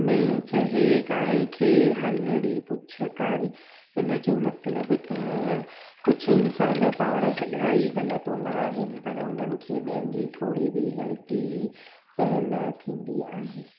मेंह चबे गाए खे हलड़ी पुछ कारी हिनजो मतलबु त कुझु इंसान पाण सॼा ई ग़लति हूंदा आहिनि पर हुनखे ॿियनि जी थोरी बि गलिती सहन न थींदी आहे